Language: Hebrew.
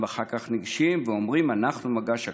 אחר כך הם ניגשים ואומרים: "אנחנו מגש הכסף,